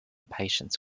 patients